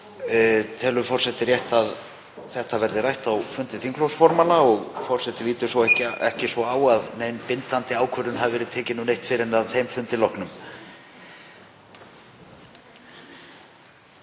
telur forseti rétt að þetta verði rætt á fundi þingflokksformanna. Forseti lítur ekki svo á að nein bindandi ákvörðun hafi verið tekin um neitt fyrr en að þeim fundi loknum.